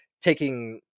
taking